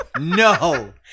No